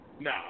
No